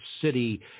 City